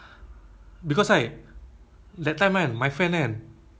then they know ah cause I think like google gmail ah all this something